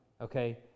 okay